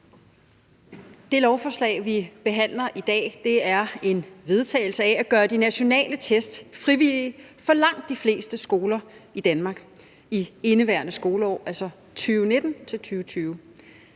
Det lovforslag, vi behandler i dag, er en vedtagelse af at gøre de nationale test frivillige for langt de fleste skoler i Danmark i indeværende skoleår, altså 2019-2020,